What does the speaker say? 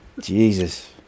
Jesus